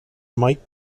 might